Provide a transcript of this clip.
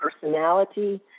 personality